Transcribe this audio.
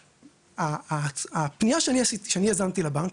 הפניה שאני יזמתי לבנק,